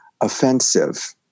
offensive